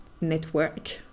network